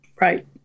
Right